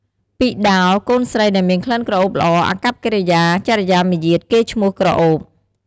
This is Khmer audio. ពិដោរ កូនស្រីដែលមានក្លិនក្រអូបល្អ អាកប្បកិរិយា ចរិយាមាយាទ កេរ្តិ៍ឈ្មោះក្រអូប។